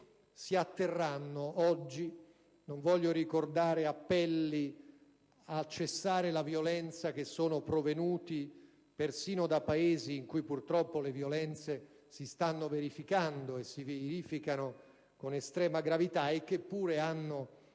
si atterranno. Oggi non voglio ricordare appelli a cessare la violenza, che sono provenuti persino da Paesi in cui purtroppo le violenze si stanno verificando e si verificano con estrema gravità e che pure hanno